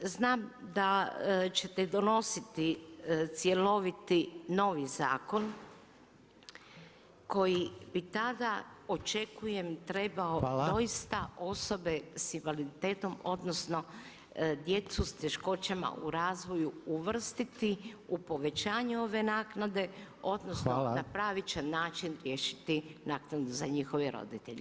Znam da ćete donositi cjeloviti novi zakon koji bi tada očekujem trebao doista osobe [[Upadica Reiner: Hvala.]] sa invaliditetom, odnosno djecu s teškoćama u razvoju uvrstiti u povećanje ove naknade odnosno [[Upadica Reiner: Hvala.]] na pravičan način riješiti naknade za njihove roditelja.